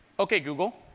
ok google,